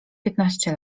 piętnaście